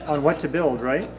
ah what to build, right,